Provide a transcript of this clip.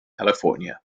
california